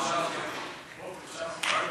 לוועדת הפנים והגנת הסביבה נתקבלה.